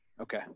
okay